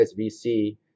SVC